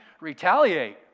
retaliate